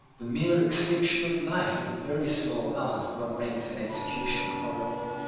the mere extinction of life is a very small part of what makes an execution horrible.